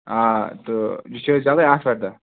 آ تہٕ یہِ چھُ اَسہِ یلے آتھوارِ دۄہ